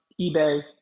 eBay